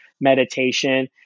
meditation